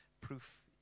Proof